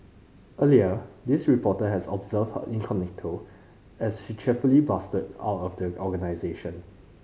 earlier this reporter has observed her incognito as she cheerily bustled out of the organisation